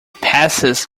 passes